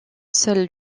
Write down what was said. seul